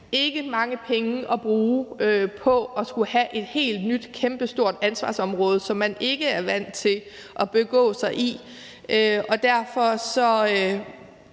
ikke mange penge at bruge på at skulle have et helt nyt kæmpestort ansvarsområde, som man ikke er vant til at begå sig i, og derfor må